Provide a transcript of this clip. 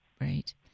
Right